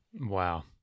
wow